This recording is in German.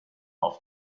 auf